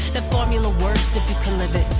the formula works if you can live it,